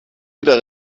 wieder